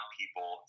people